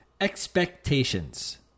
Expectations